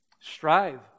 strive